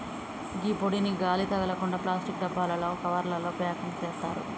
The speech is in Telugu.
గీ పొడిని గాలి తగలకుండ ప్లాస్టిక్ డబ్బాలలో, కవర్లల ప్యాకింగ్ సేత్తారు